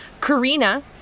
Karina